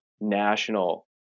national